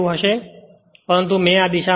પરંતુ મેં આ દિશામાં લીધું છે